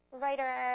writer